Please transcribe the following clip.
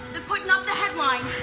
ah putting up the headlines.